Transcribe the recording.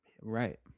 Right